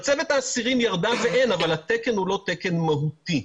מצבת האסירים ירדה אבל התקן הוא לא תקן מהותי.